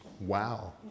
wow